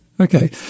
Okay